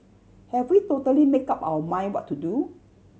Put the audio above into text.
have we totally make up our mind what to do